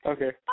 Okay